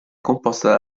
composta